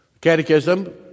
Catechism